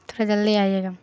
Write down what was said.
تھوڑا جلدی آئیے گا